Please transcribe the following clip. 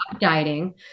dieting